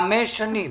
חמש שנים